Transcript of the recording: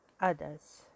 others